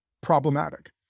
problematic